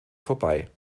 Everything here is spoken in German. vorbei